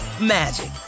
magic